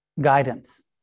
guidance